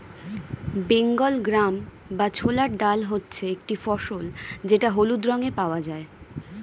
Bengal gram বা ছোলার ডাল হচ্ছে একটি ফসল যেটা হলুদ রঙে পাওয়া যায়